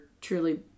Truly